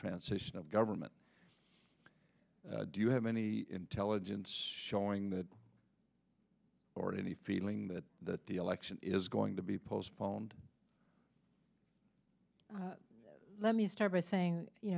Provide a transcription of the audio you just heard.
transitional government do you have any intelligence showing that or any feeling that that the election is going to be postponed let me start by saying you